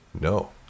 no